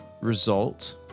result